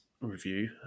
review